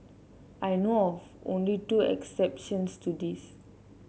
I know of only two exceptions to this